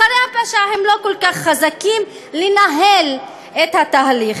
אחרי הפשע הם לא כל כך חזקים לנהל את התהליך.